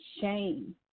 shame